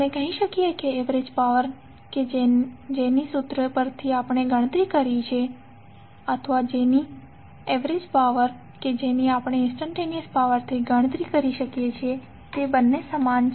આપણે કહી શકીએ કે એવરેજ પાવર કે જેની સૂત્ર પરથી આપણે ગણતરી કરી શકીએ છીએ અથવા એવરેજ પાવર કે જેની આપણે ઇંસ્ટંટેનીઅસ પાવર પરથી આપણે ગણતરી કરી શકીએ છીએ તે બંને સમાન છે